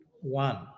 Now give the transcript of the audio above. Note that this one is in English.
one